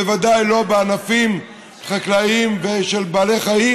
בוודאי לא בענפים חקלאיים של בעלי חיים,